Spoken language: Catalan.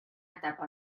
etapa